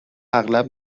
اغلب